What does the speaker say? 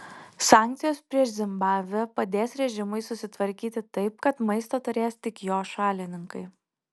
sankcijos prieš zimbabvę padės režimui susitvarkyti taip kad maisto turės tik jo šalininkai